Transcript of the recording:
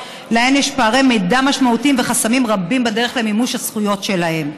שיש להן פערי מידע משמעותיים וחסמים רבים בדרך למימוש הזכויות שלהן.